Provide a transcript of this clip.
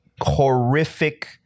horrific